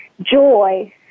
joy